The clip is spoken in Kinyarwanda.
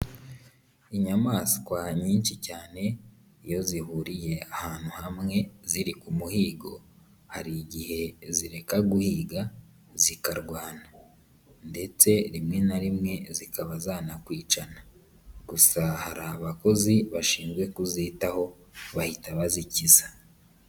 Inyamaswa nyinshi cyane, iyo zihuriye ahantu hamwe ziri ku muhigo, hari igihe zireka guhiga zikarwana. Ndetse rimwe na rimwe zikaba zanakwicana, gusa hari abakozi bashinzwe kuzitaho, bahita bazikiza.